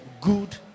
good